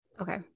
Okay